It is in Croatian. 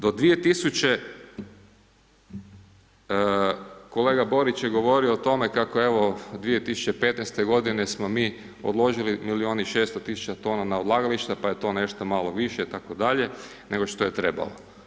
Do 2000, kolega Borić je govorio o tome kako evo 2015. godine smo mi odložili milijun i 600 tisuća tona na odlagališta pa je to nešto malo više itd., nego što je trebalo.